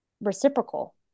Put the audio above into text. reciprocal